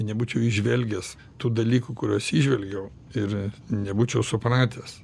nebūčiau įžvelgęs tų dalykų kuriuos įžvelgiau ir nebūčiau supratęs